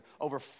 over